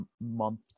month